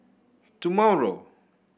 tomorrow